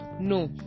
No